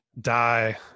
die